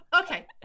Okay